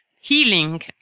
healing